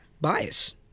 bias